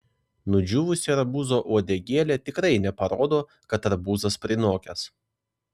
nudžiūvusi arbūzo uodegėlė tikrai neparodo kad arbūzas prinokęs